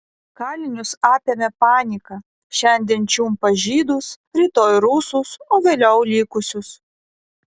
kalinius apėmė panika šiandien čiumpa žydus rytoj rusus o vėliau likusius